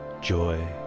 joy